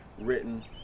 written